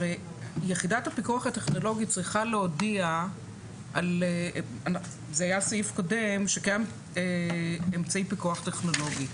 הרי יחידת הפיקוח הטכנולוגית צריכה להודיע שקיים אמצעי פיקוח טכנולוגי.